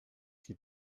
qui